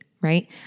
right